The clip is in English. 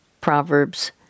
Proverbs